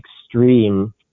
extreme